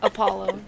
Apollo